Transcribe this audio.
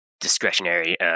discretionary